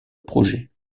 projet